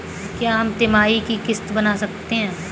क्या हम तिमाही की किस्त बना सकते हैं?